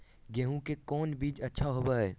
गेंहू के कौन बीज अच्छा होबो हाय?